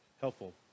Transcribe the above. helpful